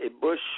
bush